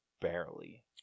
barely